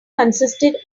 consisted